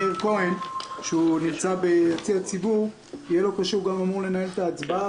מאיר כהן שנמצא ביציע הציבור ואמור לנהל את ההצבעה